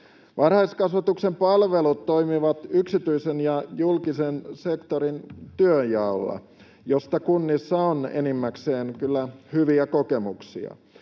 Varhaiskasvatuksen palvelut toimivat yksityisen ja julkisen sektorin työnjaolla, josta kunnissa on enimmäkseen kyllä hyviä kokemuksia.